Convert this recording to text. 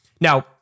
now